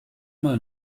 mal